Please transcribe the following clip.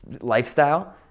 lifestyle